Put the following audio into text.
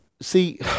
See